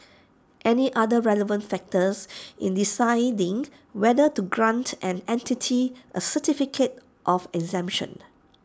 any other relevant factors in deciding whether to grant an entity A certificate of exemption